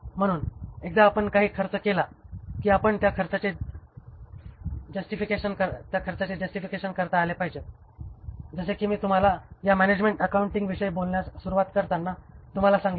म्हणून एकदा आपण काही खर्च केला की आपण त्या खर्चाचे जस्टिफिकेशन करता आले पाहिजे जसे की मी तुम्हाला या मॅनेजमेंट अकाउंटिंगविषयी बोलण्यास सुरूवात करताना तुम्हाला सांगेन